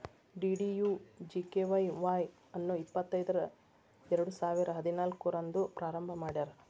DDUGKY Y ಅನ್ನು ಇಪ್ಪತೈದರ ಎರಡುಸಾವಿರ ಹದಿನಾಲ್ಕು ರಂದ್ ಪ್ರಾರಂಭ ಮಾಡ್ಯಾರ್